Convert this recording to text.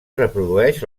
reprodueix